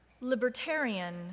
Libertarian